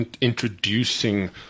introducing